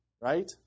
right